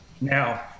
Now